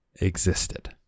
existed